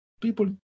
people